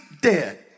dead